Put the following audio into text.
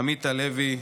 עמית הלוי,